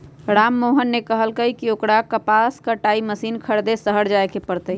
राममोहन ने कहल कई की ओकरा कपास कटाई मशीन खरीदे शहर जाय पड़ तय